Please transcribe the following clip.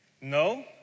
No